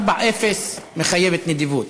0:4, מחייב נדיבות.